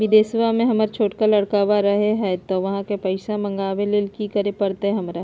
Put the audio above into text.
बिदेशवा में हमर छोटका लडकवा रहे हय तो वहाँ से पैसा मगाबे ले कि करे परते हमरा?